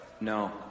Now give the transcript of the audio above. No